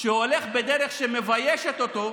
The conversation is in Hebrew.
שהולך בדרך שמביישת אותו,